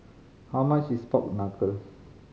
how much is pork knuckle